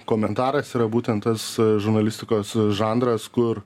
komentaras yra būtent tas žurnalistikos žanras kur